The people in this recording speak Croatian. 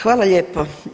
Hvala lijepo.